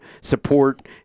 support